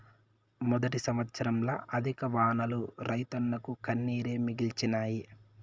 మొదటి సంవత్సరంల అధిక వానలు రైతన్నకు కన్నీరే మిగిల్చినాయి